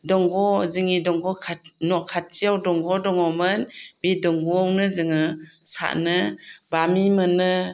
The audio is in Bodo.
दंग' जोंनि न' खाथियाव दंग' दङमोन बे दंग'आवनो जोङो सानो बामि मोनो